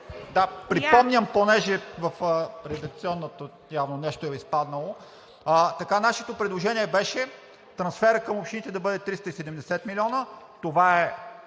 Припомням, понеже в редакционното явно нещо е изпаднало. Нашето предложение беше трансферът към общините да бъде 370 милиона. Това е